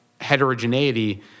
heterogeneity